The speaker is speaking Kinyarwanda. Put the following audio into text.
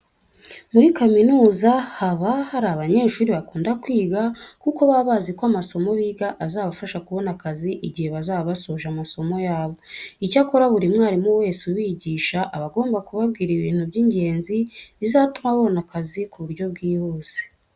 Muri kaminuza haba hari abanyeshuri bakunda kwiga kuko baba bazi ko amasomo biga azabafasha kubona akazi igihe bazaba basoje amasomo yabo. Icyakora buri mwarimu wese ubigisha aba agomba kubabwira ibintu by'ingenzi bizatuma babona akazi ku buryo bwihuse.